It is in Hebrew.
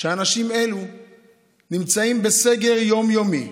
שאנשים אלו נמצאים בסגר יום-יומי,